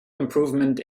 improvement